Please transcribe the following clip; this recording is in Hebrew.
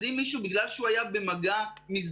אז אם מישהו בגלל שהוא היה במגע מזדמן,